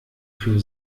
für